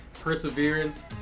perseverance